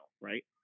right